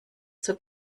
zur